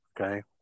Okay